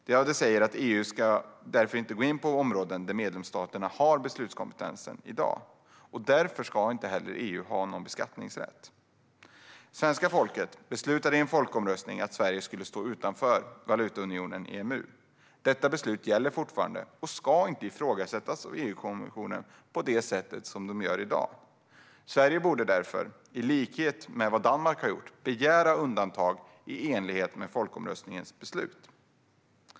Det säger att EU inte ska gå in på områden där medlemsstaterna har beslutskompetensen i dag. Därför ska EU inte heller ha någon beskattningsrätt. Svenska folket beslutade i en folkomröstning att Sverige skulle stå utanför valutaunionen EMU. Detta beslut gäller fortfarande och ska inte ifrågasättas av EU-kommissionen på det sätt som sker i dag. Sverige borde därför, i likhet med vad Danmark har gjort, begära undantag i enlighet med folkomröstningens beslut.